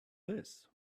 this